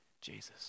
Jesus